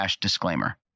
disclaimer